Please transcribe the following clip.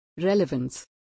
Relevance